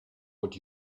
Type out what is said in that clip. what